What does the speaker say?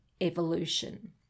evolution